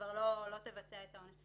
כבר לא תבצע את העונש,